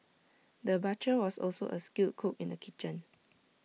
the butcher was also A skilled cook in the kitchen